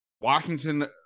Washington